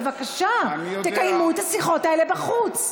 בבקשה תקיימו את השיחות האלה בחוץ.